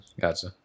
Gotcha